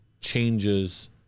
changes